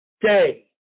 day